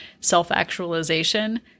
self-actualization